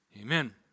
Amen